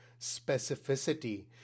specificity